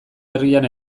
herrian